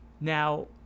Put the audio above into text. Now